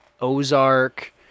Ozark